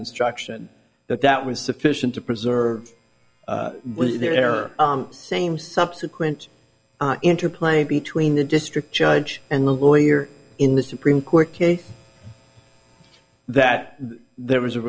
instruction that that was sufficient to preserve there are same subsequent interplay between the district judge and the lawyer in the supreme court case that there was a